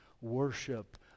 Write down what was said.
worship